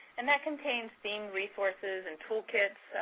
and that contains themed, resources, and toolkits,